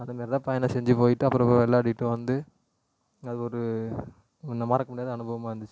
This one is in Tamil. அதமாரி தான் பயணம் செஞ்சு போய்ட்டு அப்புறம் போய் விளாடிட்டு வந்து அது ஒரு மறக்க முடியாத அனுபவமாக இருந்துச்சு